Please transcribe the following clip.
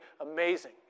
amazing